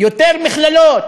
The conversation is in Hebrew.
יותר מכללות,